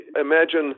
Imagine